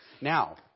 Now